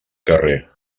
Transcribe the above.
carrer